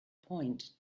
point